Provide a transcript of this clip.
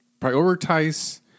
Prioritize